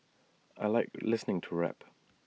I Like listening to rap